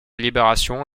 libération